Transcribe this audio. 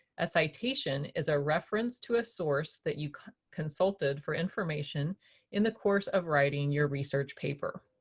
a citation is a reference to a source that you consulted for information in the course of writing your research paper.